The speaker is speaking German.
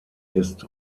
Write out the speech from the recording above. ist